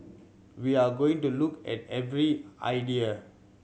we are going to look at every idea